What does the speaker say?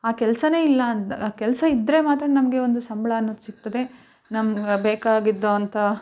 ಆ ಕೆಲಸನೇ ಇಲ್ಲ ಅಂದ ಆ ಕೆಲಸ ಇದ್ದರೆ ಮಾತ್ರ ನಮಗೆ ಒಂದು ಸಂಬಳ ಅನ್ನೋದು ಸಿಗ್ತದೆ ನಮ್ಗೆ ಬೇಕಾಗಿದ್ದು ಅಂತ